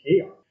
chaos